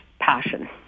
passion